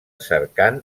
cercant